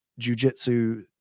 jujitsu